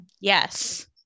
Yes